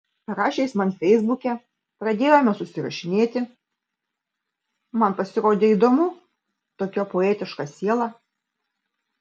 parašė jis man feisbuke pradėjome susirašinėti man pasirodė įdomu tokia poetiška siela